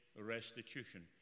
restitution